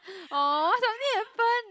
orh something happen